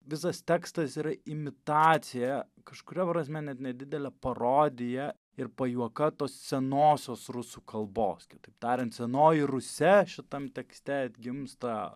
visas tekstas yra imitacija kažkuria prasme net nedidelė parodija ir pajuoka tos senosios rusų kalbos kitaip tariant senoji rusia šitam tekste atgimsta